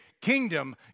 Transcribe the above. kingdom